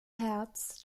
herz